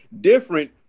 different